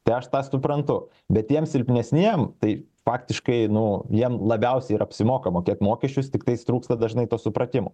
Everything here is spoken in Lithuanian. tai aš tą suprantu bet tiems silpnesniem tai faktiškai nu jiem labiausiai ir apsimoka mokėt mokesčius tiktais trūksta dažnai to supratimo